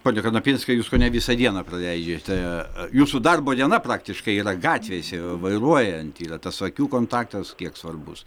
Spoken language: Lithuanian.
pone kanapinskai jūs kone visą dieną praleidžiate jūsų darbo diena praktiškai yra gatvėse vairuojant yra tas akių kontaktas kiek svarbus